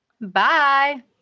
Bye